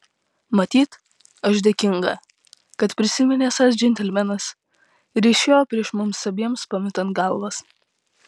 matyt aš dėkinga kad prisiminė esąs džentelmenas ir išėjo prieš mums abiem pametant galvas